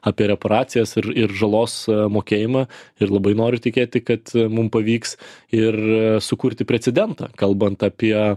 apie reparacijas ir ir žalos mokėjimą ir labai noriu tikėti kad mum pavyks ir sukurti precedentą kalbant apie